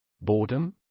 boredom